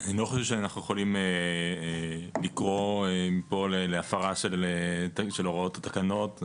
אני לא חושב שאנחנו יכולים לקרוא מפה להפרה של הוראות התקנות.